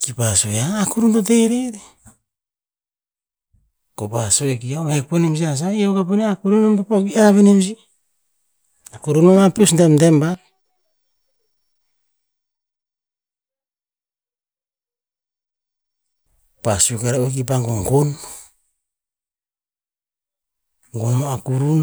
kipa sue, "a kurum to teh rer", kopah sue, "eom hek po si a sa, i akuk o a kurum nom to pok iyav a nem si, akurun mea ma peos demdem va". Pa sue ke ra oer kir pa gogon, gonn ma kurum